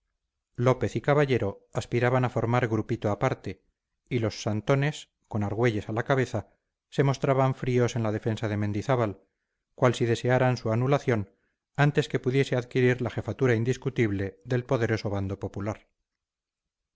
lópez y caballero aspiraban a formar grupito aparte y los santones con argüelles a la cabeza se mostraban fríos en la defensa de mendizábal cual si desearan su anulación antes que pudiese adquirir la jefatura indiscutible del poderoso bando popular